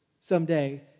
someday